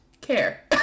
care